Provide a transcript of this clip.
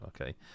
okay